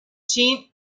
shin